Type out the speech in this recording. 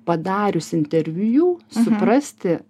padarius interviu suprasti